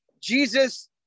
jesus